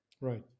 Right